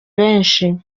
benshi